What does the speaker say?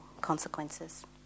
consequences